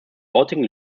dortigen